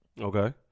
Okay